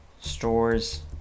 stores